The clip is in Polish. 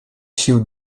sił